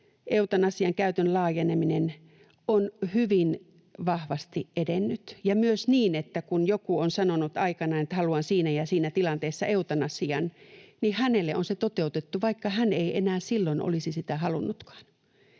eutanasian käytön laajeneminen, on hyvin vahvasti edennyt ja myös niin, että kun joku on aikanaan sanonut, että haluan siinä ja siinä tilanteessa eutanasian, niin hänelle on se toteutettu, vaikka hän ei enää silloin olisi sitä halunnutkaan.